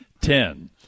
Ten